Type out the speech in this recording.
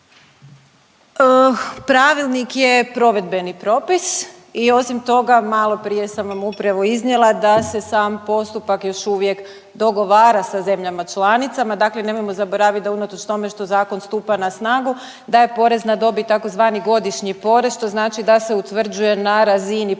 Pravilnik je provedbeni propis i osim toga, maloprije sam vam upravo iznijela da se sam postupak još uvijek dogovara sa zemljama članicama, dakle nemojmo zaboraviti da unatoč tome što zakon stupa na snagu, da je porez na dobit tzv. godišnji porez, što znači da se utvrđuje na razini poreznog